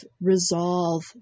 resolve